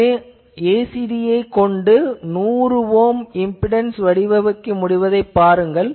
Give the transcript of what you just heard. எனவே ACD யைக் கொண்டு 100 ஓம் இம்பிடன்ஸ் வடிவமைக்க முடிவதைப் பாருங்கள்